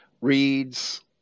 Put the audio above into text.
reads